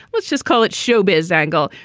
let's just call it show biz angle.